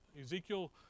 Ezekiel